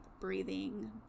breathing